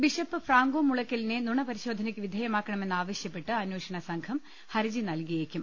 bishop Franco മുളയ്ക്കലിനെ നുണ പരിശോധനയ്ക്ക് വിധേയമാക്കണമെന്നാവശ്യപ്പെട്ട് അന്വേഷണ സംഘം ഹർജി നൽകിയേക്കും